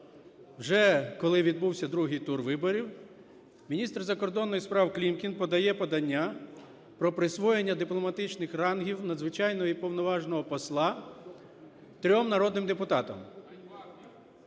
вже коли відбувся другий тур виборів, міністр закордонних справ Клімкін подає подання про присвоєння дипломатичних рангів Надзвичайного і Повноважного Посла трьом народним депутатам.